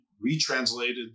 retranslated